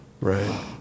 Right